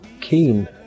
keen